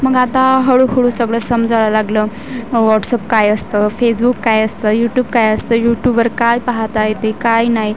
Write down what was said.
मग आता हळूहळू सगळं समजायला लागलं वॉट्सअप काय असतं फेसबुक काय असतं यूटूब काय असतं यूटूबवर काय पहाता येते काय नाही